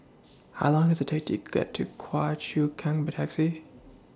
How Long Does IT Take to get to Choa Chu Kang By Taxi